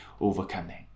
overcoming